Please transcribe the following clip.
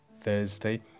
Thursday